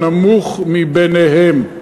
הנמוך מביניהם.